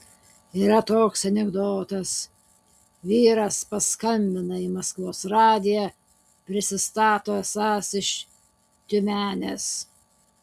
yra toks anekdotas vyras paskambina į maskvos radiją prisistato esąs iš tiumenės